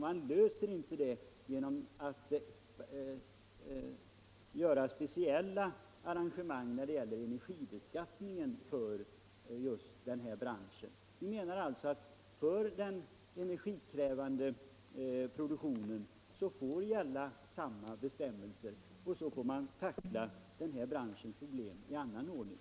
Man löser inte dem genom att göra speciella arrangemang när det gäller energibeskattningen. Vi menar alltså att för den energikrävande produktionen får samma bestämmelser gälla som för andra, och så får branschens problem tacklas i annan ordning.